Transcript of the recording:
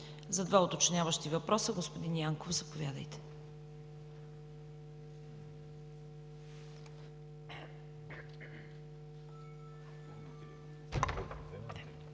За два уточняващи въпроса – господин Янков, заповядайте.